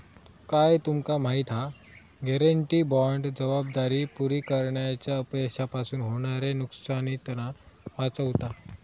काय तुमका माहिती हा? गॅरेंटी बाँड जबाबदारी पुरी करण्याच्या अपयशापासून होणाऱ्या नुकसानीतना वाचवता